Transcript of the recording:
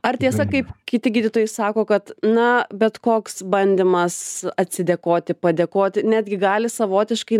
ar tiesa kaip kiti gydytojai sako kad na bet koks bandymas atsidėkoti padėkoti netgi gali savotiškai